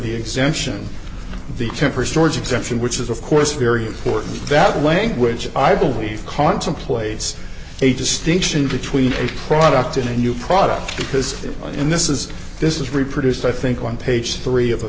the exemption the temper storage exemption which is of course very important that the language i believe contemplates a distinction between a product in a new product because and this is this is reproduced i think on page three of a